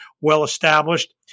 well-established